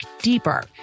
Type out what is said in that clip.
deeper